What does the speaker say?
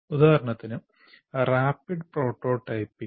ഉദാഹരണത്തിന് rapid prototyping